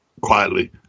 quietly